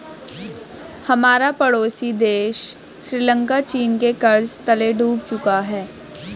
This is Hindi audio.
हमारा पड़ोसी देश श्रीलंका चीन के कर्ज तले डूब चुका है